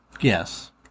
Yes